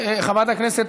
חברת הכנסת